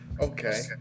Okay